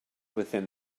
within